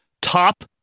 top